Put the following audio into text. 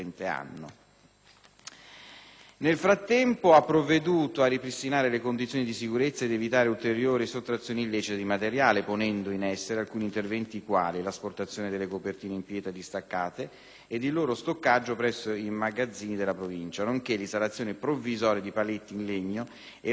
Nel frattempo, ha provveduto a ripristinare le condizioni di sicurezza e ad evitare ulteriore sottrazione illecita di materiale, ponendo in essere alcuni interventi quali l'asportazione delle copertine in pietra distaccate ed il loro stoccaggio presso i magazzini della Provincia, nonché l'installazione provvisoria di paletti in legno e rete in plastica lungo i parapetti.